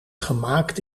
gemaakt